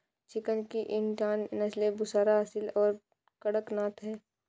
chicken की Indian नस्लें बुसरा, असील और कड़कनाथ हैं